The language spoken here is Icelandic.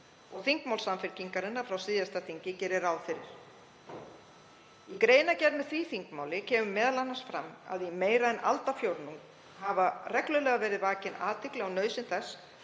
og þingmál Samfylkingarinnar frá síðasta þingi gerir ráð fyrir. Í greinargerð með því þingmáli kemur m.a. fram að í meira en aldarfjórðung hefur reglulega verið vakin athygli á nauðsyn þess